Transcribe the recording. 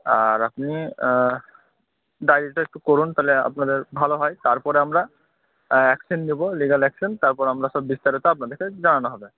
আর আপনি ডাইরিটা একটু করুন তাহলে আপনাদের ভালো হয় তারপরে আমরা অ্যাকশান নেবো লিগাল অ্যাকশান তারপর আমরা সব বিস্তারিত আপনাদেরকে জানানো হবে